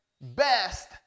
best